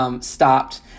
Stopped